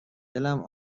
دلم